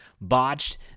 botched